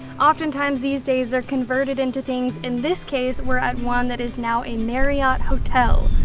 oftentimes these days they're converted into things, in this case we're at one that is now a marriott hotel.